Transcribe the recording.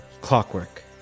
Clockwork